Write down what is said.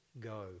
go